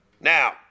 Now